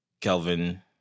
Kelvin